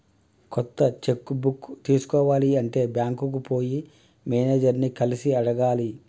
కొత్త cheque book తీసుకోవాలి అంటే బ్యాంకుకు పోయి మేనేజర్ ని కలిసి అడగాలి